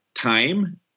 time